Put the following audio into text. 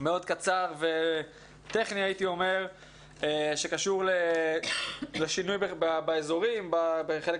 מאוד קצר וטכני שקשור לשינוי באזורים כחלק